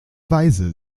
weise